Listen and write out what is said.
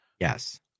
yes